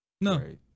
No